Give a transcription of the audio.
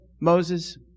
Moses